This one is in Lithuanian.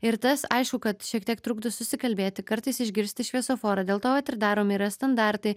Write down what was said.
ir tas aišku kad šiek tiek trukdo susikalbėti kartais išgirsti šviesoforą dėl to vat ir daromi yra standartai